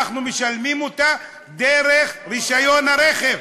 אנחנו משלמים אותה דרך רישיון הרכב.